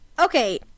Okay